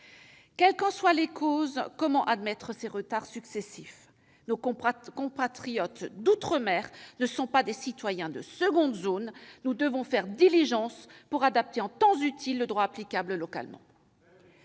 Quelles qu'en soient les causes, comment admettre ces retards successifs ? Nos compatriotes d'outre-mer ne sont pas des citoyens de seconde zone : nous devons faire diligence pour adapter en temps utile le droit applicable localement.